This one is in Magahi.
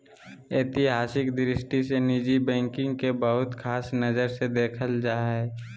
ऐतिहासिक दृष्टि से निजी बैंकिंग के बहुत ख़ास नजर से देखल जा हइ